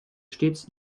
stets